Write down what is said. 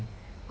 mm